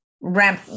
ramp